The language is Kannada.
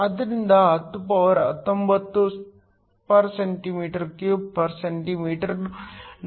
ಆದ್ದರಿಂದ1019 cm 3s 1